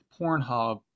Pornhub